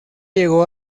llegó